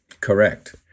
correct